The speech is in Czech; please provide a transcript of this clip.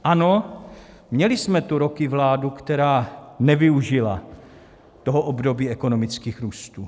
Ano, měli jsme tu roky vládu, která nevyužila toho období ekonomických růstů.